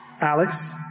Alex